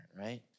right